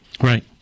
Right